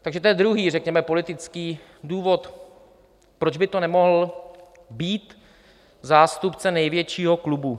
Takže to je druhý, řekněme politický důvod, proč by to nemohl být zástupce největšího klubu.